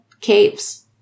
caves